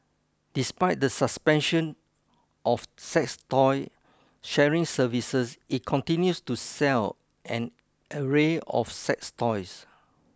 despite the suspension of sex toy sharing services it continues to sell an array of sex toys